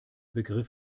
begriff